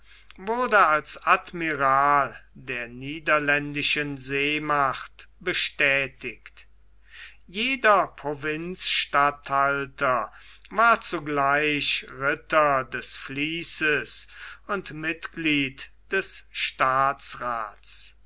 wurde als admiral der niederländischen seemacht bestätigt jeder provinzstatthalter war zugleich ritter des vließes und mitglied des staatsraths